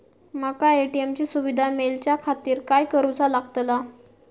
माका ए.टी.एम ची सुविधा मेलाच्याखातिर काय करूचा लागतला?